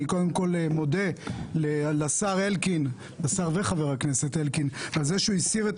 אני קודם כל מודה לשר וחבר הכנסת אלקין על כך שהוא הסיר את